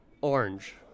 orange